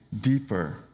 deeper